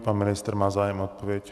Pan ministr má zájem o odpověď?